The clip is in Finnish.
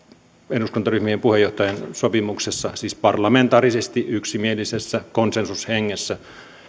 eduskuntaryhmien puheenjohtajien sopimuksessa siis parlamentaarisesti yksimielisessä konsensushengessä